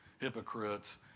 hypocrites